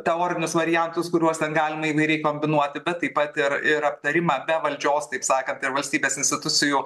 teorinius variantus kuriuos ten galima įvairiai kombinuoti bet taip pat ir ir aptarimą be valdžios taip sakant valstybės institucijų